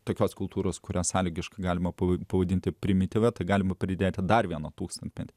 taip pat kultūros kurias sąlygiškai galima apibūdinti primityvia tai galima pridėti dar vieną tūkstantį